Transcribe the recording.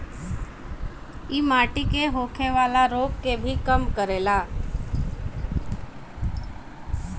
इ माटी से होखेवाला रोग के भी कम करेला